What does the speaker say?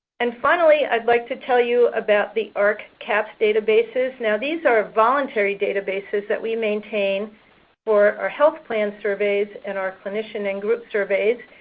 and finally, i'd like to tell you about the ahrq cahps databases. now, these are voluntary databases that we maintain for our health plan surveys and clinician and group surveys.